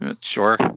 Sure